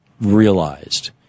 realized